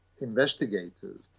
investigators